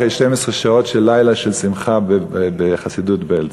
אחרי 12 שעות של לילה של שמחה בחסידות בעלז.